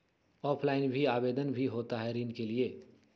Offline भी आवेदन भी होता है ऋण के लिए?